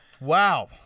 Wow